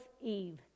Eve